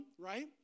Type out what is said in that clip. right